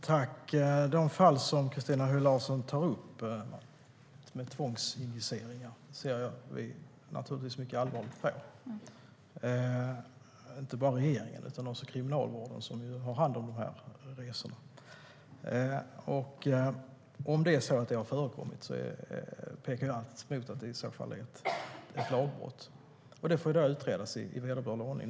Herr talman! De fall med tvångsinjiceringar Christina Höj Larsen tar upp ser vi naturligtvis mycket allvarligt på. Det gäller inte bara regeringen utan också Kriminalvården, som ju har hand om dessa resor. Om det är så att detta har förekommit pekar allt mot att det är ett lagbrott, och det får då utredas i vederbörlig ordning.